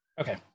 okay